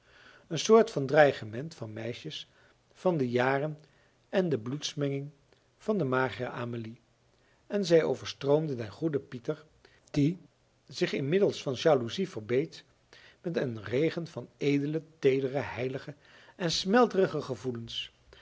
een soort van dreigement van meisjes van de jaren en de bloedsmenging van de magere amelie en zij overstroomde den goeden pieter die zich inmiddels van jaloezie verbeet met een regen van edele teedere heilige en smelterige gevoelens